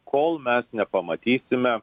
kol mes nepamatysime